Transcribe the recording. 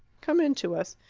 come in to us.